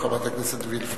חברת הכנסת וילף.